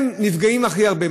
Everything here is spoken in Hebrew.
הם נפגעים הכי הרבה.